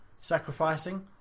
sacrificing